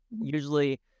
usually